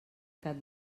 cap